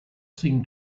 seem